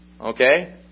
Okay